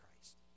Christ